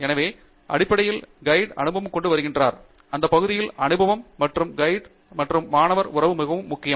எனவே அடிப்படையில் கைடு அனுபவம் கொண்டு வருகிறார் அந்த பகுதியில் அனுபவம் மற்றும் கையேடு மற்றும் மாணவர் உறவு முக்கியம்